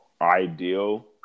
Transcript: ideal